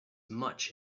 much